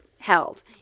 held